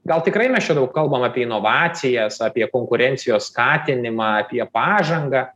gal tikrai mes čia daug kalbam apie inovacijas apie konkurencijos skatinimą apie pažangą